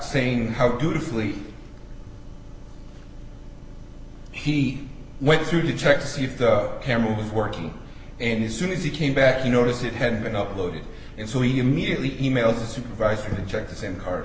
saying how beautifully he went through to check to see if the camera was working and he soon as he came back to notice it had been uploaded and so we immediately emailed the supervisor to check the same card